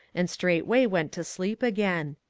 and straightway went to sleep again.